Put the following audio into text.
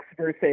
versus